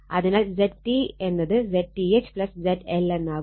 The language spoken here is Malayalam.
അതിനാൽ ZT എന്നത് ZTH ZL എന്നാകും